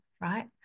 right